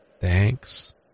thanks